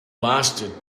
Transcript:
lasted